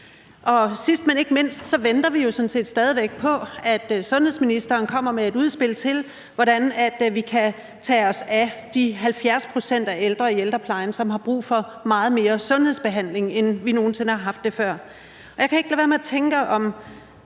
sidst, men ikke mindst, venter vi jo stadig væk på, at sundhedsministeren kommer med et udspil til, hvordan vi kan tage os af de 70 pct. af de ældre i ældreplejen, som har brug for meget mere sundhedsbehandling, end der nogen sinde har været brug for før. Jeg kan ikke lade være med at tænke